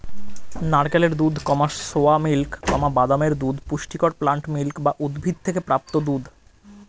নারকেলের দুধ, soya milk, বাদামের দুধ পুষ্টিকর প্লান্ট মিল্ক বা উদ্ভিদ থেকে প্রাপ্ত দুধ